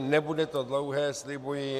Nebude to dlouhé, slibuji.